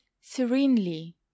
serenely